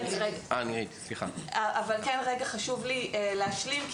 אבל כן חשוב לי להשלים רגע,